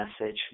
message